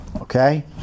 okay